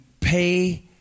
pay